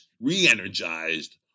re-energized